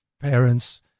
parents